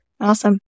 awesome